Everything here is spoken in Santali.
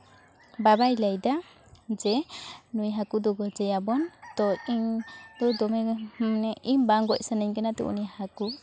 ᱵᱟᱵᱟᱭ ᱞᱟᱹᱭ ᱫᱟ ᱡᱮ ᱱᱩᱭ ᱦᱟᱹᱠᱩ ᱫᱚ ᱜᱚᱡᱮᱭᱟᱵᱚᱱ ᱛᱚ ᱤᱧ ᱫᱚ ᱫᱚᱢᱮ ᱜᱮ ᱢᱟᱱᱮ ᱤᱧ ᱵᱟᱝ ᱜᱚᱡ ᱥᱟᱱᱟᱧ ᱠᱟᱱᱟ ᱛᱚ ᱩᱱᱤ ᱦᱟᱹᱠᱩ